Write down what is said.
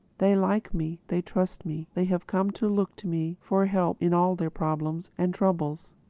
they like me they trust me they have come to look to me for help in all their problems and troubles.